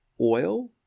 oil